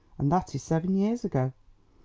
and that is seven years ago.